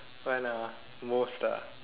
most ah